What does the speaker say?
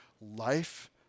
life